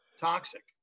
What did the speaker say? toxic